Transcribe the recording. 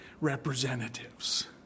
representatives